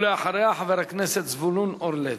ואחריה, חבר הכנסת זבולון אורלב.